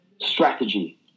strategy